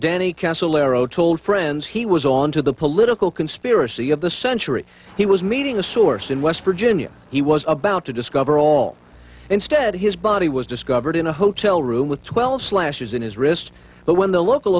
danny told friends he was on to the political conspiracy of the century he was meeting a source in west virginia he was about to discover all instead his body was discovered in a hotel room with twelve slashes in his wrist but when the local